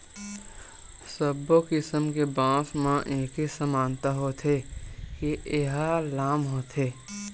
सब्बो किसम के बांस म एके समानता होथे के ए ह लाम होथे